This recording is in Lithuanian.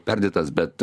perdėtas bet